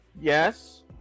yes